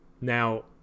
now